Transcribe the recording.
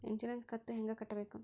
Insurance ಕಂತು ಹೆಂಗ ಕಟ್ಟಬೇಕು?